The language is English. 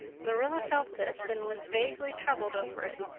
marilla felt this and was vaguely troubled over it,